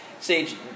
Sage